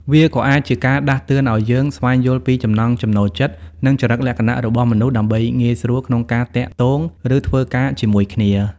វាក៏អាចជាការដាស់តឿនឱ្យយើង ស្វែងយល់ពីចំណង់ចំណូលចិត្ត និងចរិតលក្ខណៈរបស់មនុស្ស ដើម្បីងាយស្រួលក្នុងការទាក់ទង ឬធ្វើការជាមួយគ្នា។